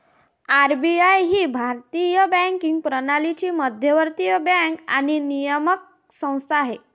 RBI ही भारतीय banking प्रणालीची मध्यवर्ती बँक आणि नियामक संस्था आहे